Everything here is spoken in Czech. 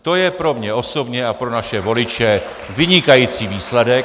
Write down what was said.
To je pro mě osobně a pro naše voliče vynikající výsledek.